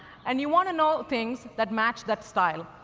and you want to know things that match that style.